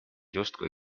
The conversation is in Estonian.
justkui